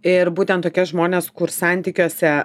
ir būtent tokie žmonės kur santykiuose